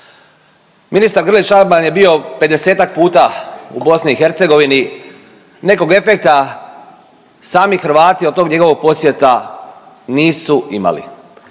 Ministar Grlić Radman je bio 50-ak puta u BiH, nekog efekta sami Hrvati od tog njegovog posjeta nisu imali.